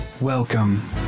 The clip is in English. Welcome